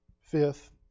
Fifth